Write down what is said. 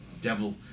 devil